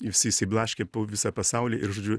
ir visi išsiblaškę po visą pasaulį ir žodžiu